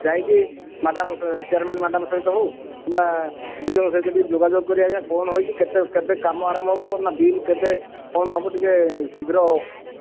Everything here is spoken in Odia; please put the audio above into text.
ଯାଇକି ମ୍ୟାଡ଼ାମ ଚେୟାରମେନ୍ ମ୍ୟାଡ଼ାମ ସହିତ ହେଉ କିମ୍ବା ବିଡ଼ିଓଙ୍କ ସହିତ ଟିକିଏ ଯୋଗାଯୋଗ କରି ଆଜ୍ଞା କଣ ହେଇଛି କେବେ କାମ ଆରମ୍ଭ ହେବ ନା ବିଲ୍ କେବେ କଣ ହେବ ଟିକେ ଶୀଘ୍ର